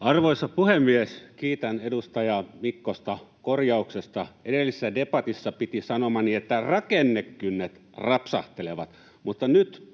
Arvoisa puhemies! Kiitän edustaja Mikkosta korjauksesta. Edellisessä debatissa piti sanomani, että ”rakennekynnet rapsahtelevat”, mutta nyt